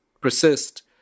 persist